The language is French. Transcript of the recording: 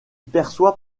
perçoit